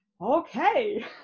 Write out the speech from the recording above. okay